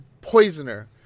poisoner